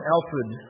Alfred